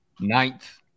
Ninth